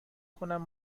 کنم